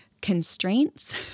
constraints